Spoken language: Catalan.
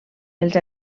els